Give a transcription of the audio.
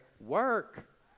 work